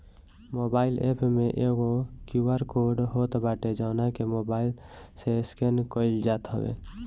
mobile app में एगो QR code होत बाटे जवना के मोबाईल से स्केन कईल जात हवे